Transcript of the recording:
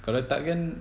kalau tak kan